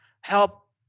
help